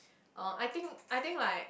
oh I think I think like